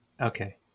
Okay